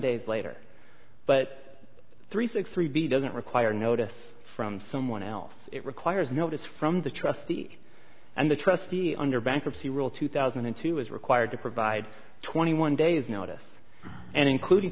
days later but three six three b doesn't require notice from someone else it requires notice from the trustee and the trustee under bankruptcy rule two thousand and two is required to provide twenty one days notice and including